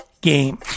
game